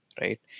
right